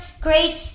grade